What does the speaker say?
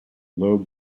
low